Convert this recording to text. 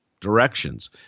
directions